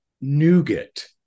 nougat